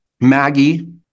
Maggie